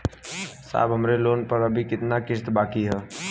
साहब हमरे लोन पर अभी कितना किस्त बाकी ह?